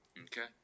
Okay